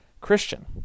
christian